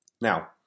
Now